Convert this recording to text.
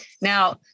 Now